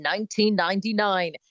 1999